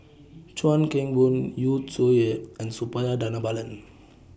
Chuan Keng Boon Yu Zhuye and Suppiah Dhanabalan